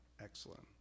excellent